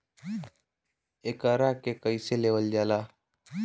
एकरके कईसे लेवल जाला?